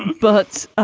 but,